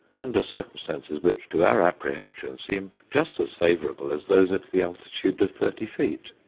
under circumstances which, to our apprehension, seem just as favourable as those at the altitude of thirty feet.